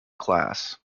class